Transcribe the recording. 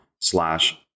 slash